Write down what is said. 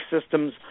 systems